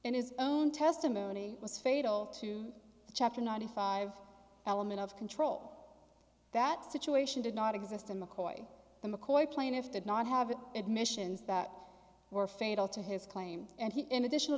in his own testimony was fatal to the chapter ninety five element of control that situation did not exist and mccoy mccoy plaintiffs did not have admissions that were fatal to his claim and he in additional